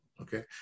okay